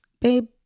Babe